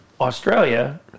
Australia